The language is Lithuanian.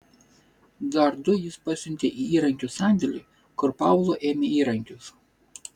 dar du jis pasiuntė į įrankių sandėlį kur pavlo ėmė įrankius